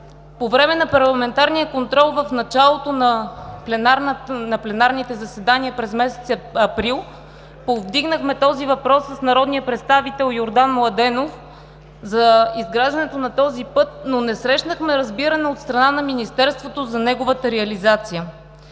По време на парламентарния контрол, в началото на пленарните заседания през месец април, повдигнахме този въпрос с народния представител Йордан Младенов за изграждането на този път, но не срещнахме разбиране от страна на Министерството за неговата реализация.